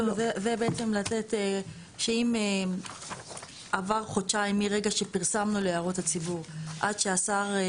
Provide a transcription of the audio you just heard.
זה בעצם לתת שאם עבר חודשיים מרגע שפרסמנו להערות הציבור עד שהשר,